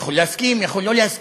אני יכול להסכים, יכול לא להסכים,